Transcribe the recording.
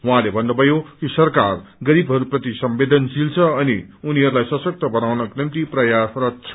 उहौँले भन्नुभयो कि सरकारर गरीबहस्प्रति सम्वेदनशील छ अनि उनीहरूलाई सशक्त बनाउनको निम्ति प्रयासरत छ